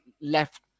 left